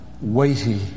weighty